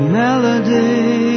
melody